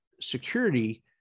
security